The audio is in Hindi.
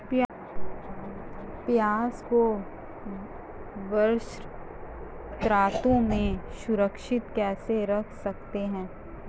प्याज़ को वर्षा ऋतु में सुरक्षित कैसे रख सकते हैं?